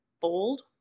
bold